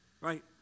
right